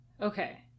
Okay